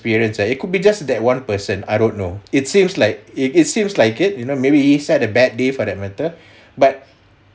experience ah it could be just that one person I don't know it seems like it it seems like it you know maybe he's had a bad day for that matter but